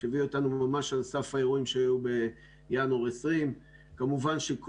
שהביא אותנו ממש על סף האירועים שהיו בינואר 2020. כמובן כל